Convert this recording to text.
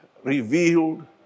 Revealed